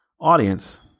audience